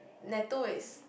natto is